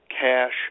cash